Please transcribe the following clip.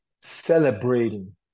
celebrating